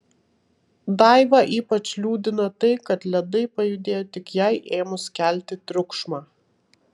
daivą ypač liūdina tai kad ledai pajudėjo tik jai ėmus kelti triukšmą